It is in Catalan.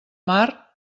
mar